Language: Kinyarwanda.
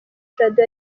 jado